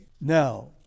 Now